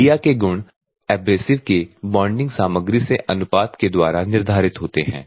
media के गुण abrasive के बॉन्डिंग सामग्री से अनुपात के द्वारा निर्धारित होते हैं